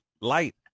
light